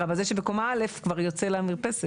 אבל, אני רוצה לומר עכשיו דבר אחר.